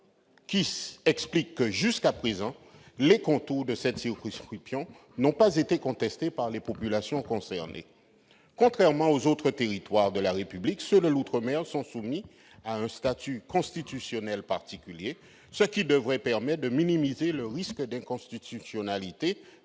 la raison pour laquelle les contours de cette circonscription n'ont, jusqu'à présent, pas été contestés par les populations concernées. Contrairement aux autres territoires de la République, seuls ceux de l'outre-mer sont soumis à un statut constitutionnel particulier. Cela devrait permettre de minimiser le risque d'inconstitutionnalité.